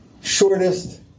shortest